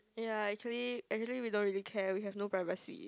ya actually actually we don't really care we have no privacy